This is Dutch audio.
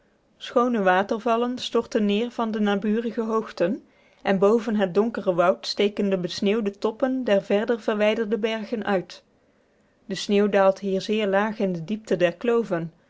schoone watervallen storten neer van de naburige hoogten en boven het donkere woud steken de besneeuwde toppen der verder verwijderde bergen uit de sneeuw daalt hier zeer laag in de diepte der kloven